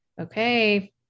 okay